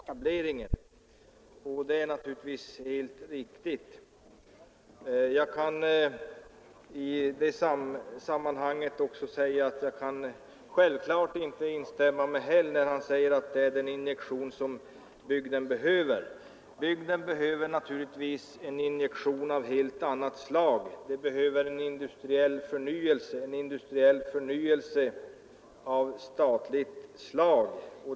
Herr talman! Det är med stor bedrövelse jag måste konstatera att jag instämmer med herr Virgin när han säger att den här förbandsetableringen inte innebär någon stor säkerhet för Arvidsjaur. Det är naturligtvis helt riktigt. Däremot kan jag självfallet inte instämma med herr Häll, som säger att den är den injektion som bygden behöver. Bygden behöver naturligtvis en injektion av helt annat slag: en industriell förnyelse i statlig regi.